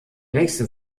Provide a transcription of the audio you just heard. nächste